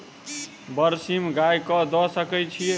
बरसीम गाय कऽ दऽ सकय छीयै?